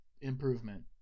improvement